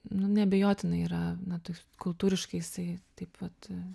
nu neabejotinai yra na taip kultūriškai jisai taip vat